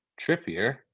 Trippier